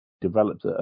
developed